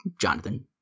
Jonathan